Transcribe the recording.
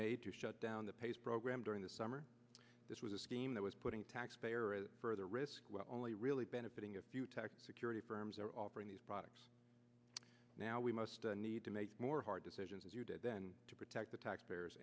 made to shut down the page program during the summer this was a scheme that was putting taxpayer further risk well only really benefiting if you tax security firms are offering these products now we must need to make more hard decisions as you did then to protect the taxpayers